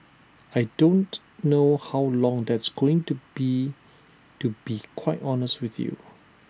I don't know how long that's going to be to be quite honest with you